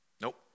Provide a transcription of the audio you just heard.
Nope